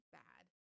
bad